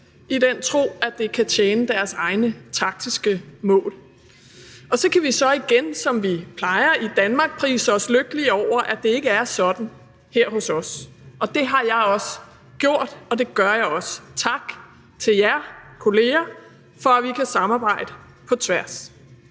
i den tro, at det kan tjene deres egne taktiske mål. Og så kan vi igen, som vi plejer, i Danmark prise os lykkelige over, at det ikke er sådan hos os, og det har jeg også gjort, og det gør jeg også. Tak til jer kolleger for, at vi kan samarbejde på tværs.